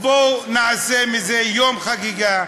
בואו נעשה מזה יום חגיגה,